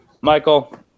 Michael